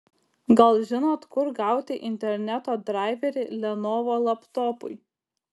gal žinot kur gauti interneto draiverį lenovo laptopui